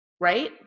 Right